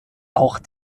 auch